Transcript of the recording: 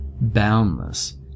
boundless